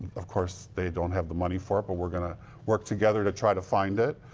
of course, they don't have the money for it, but we're going to work together to try to find it.